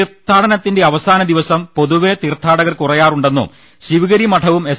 തീർത്ഥാടനത്തിന്റെ അവസാനദിവസം പൊതുവെ തീർത്ഥാടകർ കുറയാറുണ്ടെന്നും ശിവഗി രിമഠവും എസ്